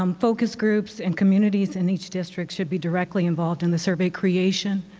um focus groups and communities in each district should be directly involved in the survey creation,